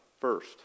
first